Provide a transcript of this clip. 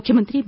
ಮುಖ್ಯಮಂತ್ರಿ ಬಿ